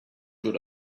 good